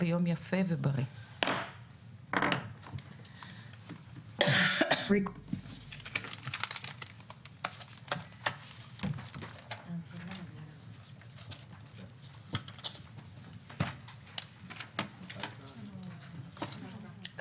הישיבה ננעלה בשעה 12:20.